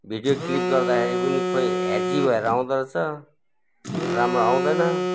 video clip गर्दाखेरि पनि खोइ हेजी भएर आउँदो रहेछ राम्रो आउँदैन